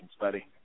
buddy